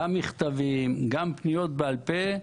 גם מכתבים, גם פניות בעל פה.